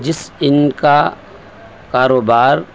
جس ان کا کاروبار